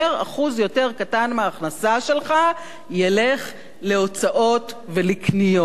אחוז יותר קטן מההכנסה שלך ילך להוצאות ולקניות.